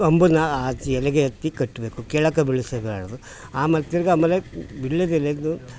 ಅಂಬುನ ಆಚೆ ಎಲೆಗೆ ಎತ್ತಿ ಕಟ್ಟಬೇಕು ಕೆಳಕ್ಕೆ ಬೀಳಿಸಬಾರ್ದು ಆಮೇಲೆ ತಿರ್ಗಿ ಆಮೇಲೆ ವಿಳ್ಯದೆಲೆಯನ್ನು